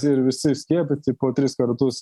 ir visi skiepyti po tris kartus